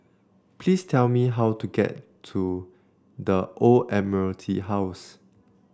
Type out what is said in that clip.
please tell me how to get to The Old Admiralty House